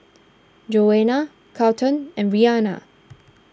Joana Charlton and Rianna